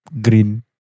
Green